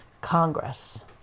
Congress